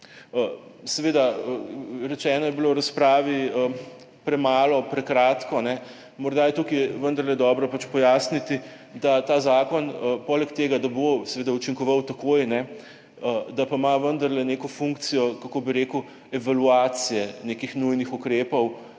meri. Rečeno je bilo v razpravi: premalo, prekratko. Morda je tukaj vendarle dobro pojasniti, da ta zakon poleg tega, da bo seveda učinkoval takoj, da pa ima vendarle neko funkcijo evaluacije nekih nujnih ukrepov,